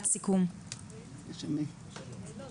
זו מערכת מאוד מורכבת אבל זה נמצא בתהליך,